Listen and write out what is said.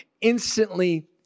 instantly